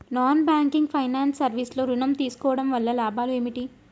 Non banking finance service లో ఋణం తీసుకోవడం వల్ల లాభాలు ఏమిటి?